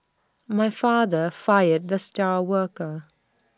my father fired the star worker